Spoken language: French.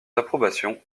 approbations